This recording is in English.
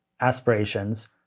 aspirations